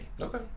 Okay